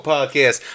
Podcast